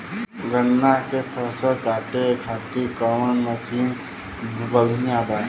गन्ना के फसल कांटे खाती कवन मसीन बढ़ियां बा?